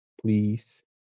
please